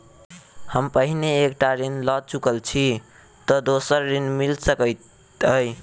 हम पहिने एक टा ऋण लअ चुकल छी तऽ दोसर ऋण मिल सकैत अई?